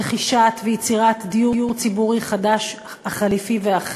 רכישת ויצירת דיור ציבורי חלופי חדש ואחר,